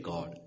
God